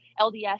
LDS